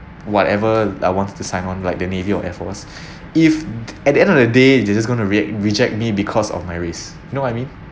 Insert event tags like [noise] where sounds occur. whatever I wanted to sign on like the navy or air force [breath] if d~ at the end of the day you just just going to react reject me because of my race you know what I mean